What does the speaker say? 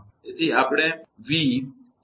તેથી v આપણે 36